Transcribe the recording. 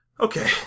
Okay